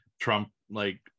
Trump-like